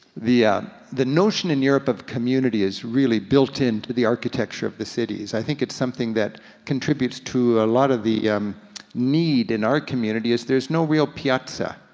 the the notion in europe of community is really built in to the architecture of the cities. i think it's something that contributes to a lot of the need in our community, is there's no real piazza.